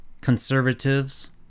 conservatives